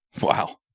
Wow